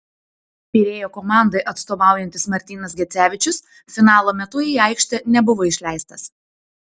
pirėjo komandai atstovaujantis martynas gecevičius finalo metu į aikštę nebuvo išleistas